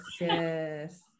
yes